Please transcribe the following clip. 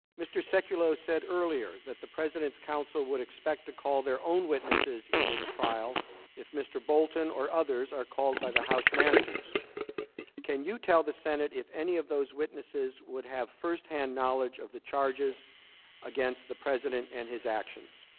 mr. sacco said earlier that the president's council would expect to call their own witnesses in this trial if mr. bolton or others are called by the house managers can you tell the senate if any of those witnesses would have firsthand firsthand knowledge of the charges against the president and his actions